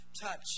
touch